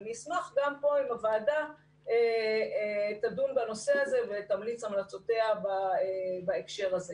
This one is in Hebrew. אני אשמח גם פה אם הוועדה תדון בנושא הזה ותמליץ את המלצותיה בהקשר הזה.